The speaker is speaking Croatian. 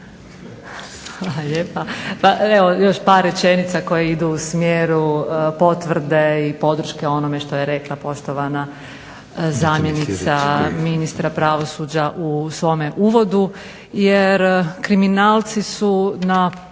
kolegice. Pa evo još par rečenica koje idu u smjeru potvrde i podrške onome što je rekla poštovana zamjenica ministra pravosuđa u svome uvodu jer kriminalci su na